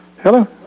hello